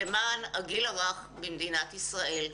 למען הגיל הרך במדינת ישראל.